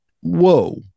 Whoa